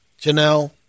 Janelle